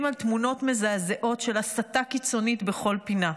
על תמונות מזעזעות של הסתה קיצונית בכל פינה: